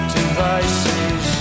devices